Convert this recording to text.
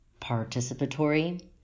participatory